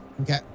Okay